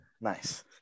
Nice